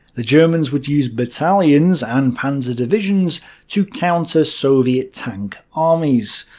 the germans would use battalions and panzer divisions to counter soviet tank armies.